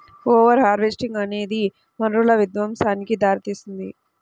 over harvesting అనేది వనరుల విధ్వంసానికి దారితీస్తుంది